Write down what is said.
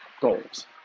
goals